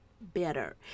better